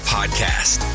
Podcast